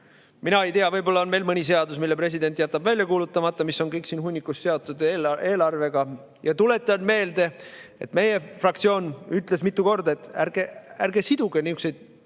Mina ei tea, võib-olla on veel mõni seadus, mille president jätab välja kuulutamata, [nende hulgas,] mis on kõik siin hunnikus seotud eelarvega. Tuletan meelde, et meie fraktsioon ütles mitu korda, et ärge siduge nihukesi